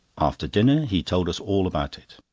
after dinner he told us all about it.